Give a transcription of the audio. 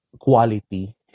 quality